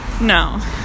no